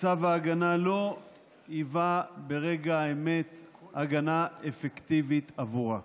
שצו ההגנה לא היווה ברגע האמת הגנה אפקטיבית עבורה.